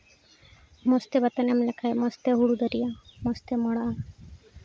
ᱢᱚᱡᱽ ᱛᱮ ᱵᱟᱛᱟᱱ ᱮᱢ ᱞᱮᱠᱷᱟᱡ ᱢᱚᱡᱽ ᱛᱮ ᱦᱩᱲᱩ ᱫᱟᱨᱮᱜᱼᱟ ᱢᱚᱡᱽᱛᱮ ᱢᱚᱲᱟᱜᱼᱟ